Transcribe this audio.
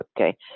Okay